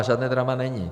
Žádné drama není.